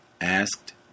asked